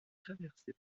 traversée